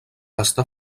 està